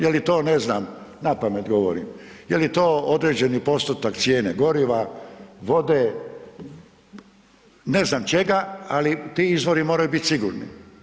Je li to ne znam, napamet govorim, je li to određeni postotak cijene goriva, vode, ne znam čega ali ti izvori moraju biti sigurni.